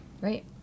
Right